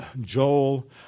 Joel